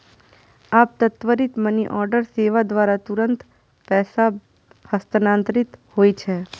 आब त्वरित मनीऑर्डर सेवा द्वारा तुरंत पैसा हस्तांतरित होइ छै